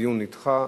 הדיון נדחה.